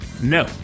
No